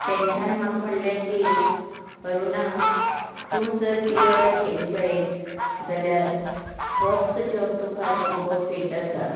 तेंच्यान म्हाका म्हळें की अरुणा तूं जर डी एड केलें जायत जाल्यार तोच जॉब तुका सामको फीट आसा